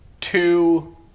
Two